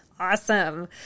Awesome